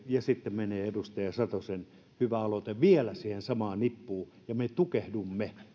ja sitten menee edustaja satosen hyvä aloite vielä siihen samaan nippuun ja me tukehdumme